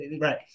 right